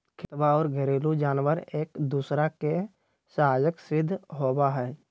खेतवा और घरेलू जानवार एक दूसरा के सहायक सिद्ध होबा हई